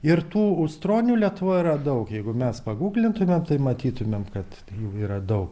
ir tų ūstronių lietuvoj yra daug jeigu mes pagūglintumėm tai matytumėm kad jų yra daug